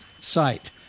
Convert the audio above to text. site